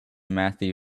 matthew